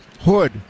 Hood